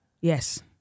yes